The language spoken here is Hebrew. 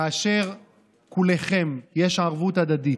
כאשר "כלכם" יש ערבות הדדית.